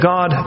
God